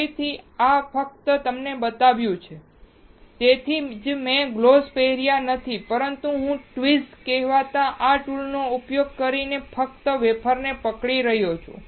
ફરીથી આ ફક્ત તમને બતાવવાનું છે તેથી જ મેં ગ્લોવ્ઝ પહેર્યા નથી પરંતુ હું ટ્વીઝર કહેવાતા આ ટૂલનો ઉપયોગ કરીને ફક્ત વેફર પકડી રહ્યો છું